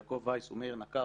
יעקב וייס ומאיר נקר,